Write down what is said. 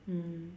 mm